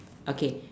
okay